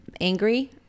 angry